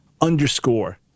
underscore